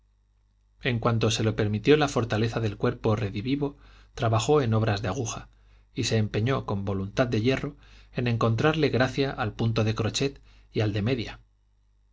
en cuanto se lo permitió la fortaleza del cuerpo redivivo trabajó en obras de aguja y se empeñó con voluntad de hierro en encontrarle gracia al punto de crochet y al de media